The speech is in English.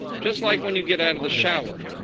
just like when you get out of the shower,